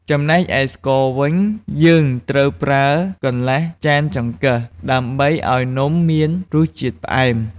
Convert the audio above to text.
ចំណែកឯ ស្ករសវិញ យើងត្រូវប្រើ កន្លះចានចង្កឹះ ដើម្បីឱ្យនំមានរសជាតិផ្អែម។